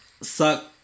Suck